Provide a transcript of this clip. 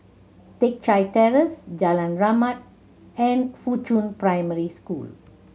Teck Chye Terrace Jalan Rahmat and Fuchun Primary School